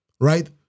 right